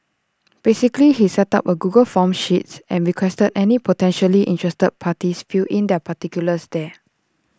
basically he set up A Google forms sheets and requested any potentially interested parties fill in their particulars there